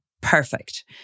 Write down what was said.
perfect